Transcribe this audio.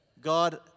God